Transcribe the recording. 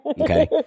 okay